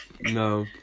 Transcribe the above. no